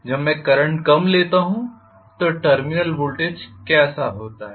जब मैं कम करंट लेता हूं तो टर्मिनल वोल्टेज कैसा होता है